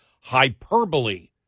hyperbole